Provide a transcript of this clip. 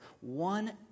one